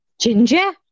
ginger